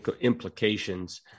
implications